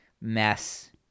mess